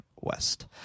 West